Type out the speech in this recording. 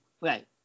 Right